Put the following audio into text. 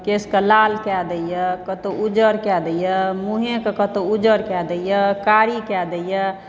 केशक लाल कए दैया कतौ उज्जर कऽ दैया मुँहेके कतौ उज्जर कए दैया कारी कए दैया